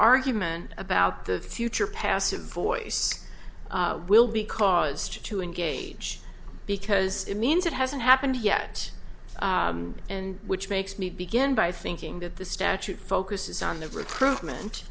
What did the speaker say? argument about the future passive voice will be caused to engage because it means it hasn't happened yet and which makes me begin by thinking that the statute focuses on the recruitment